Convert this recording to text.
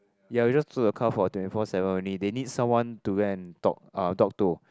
ya we just the car for twenty four seven only they need someone to go and talk uh talk to